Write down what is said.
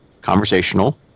conversational